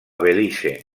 belize